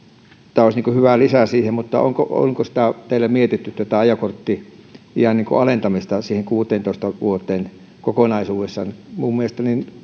tämä olisi hyvä lisä siihen mutta onko onko teillä mietitty ajokortti iän alentamista siihen kuuteentoista vuoteen kokonaisuudessaan minun mielestäni